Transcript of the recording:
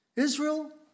Israel